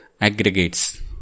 aggregates